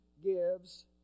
gives